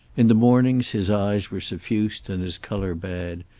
in the mornings his eyes were suffused and his color bad,